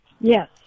Yes